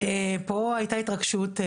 רואים שהיתה התרגשות,